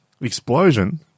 explosion